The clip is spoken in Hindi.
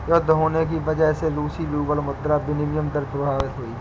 युद्ध होने की वजह से रूसी रूबल मुद्रा विनिमय दर प्रभावित हुई